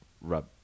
rub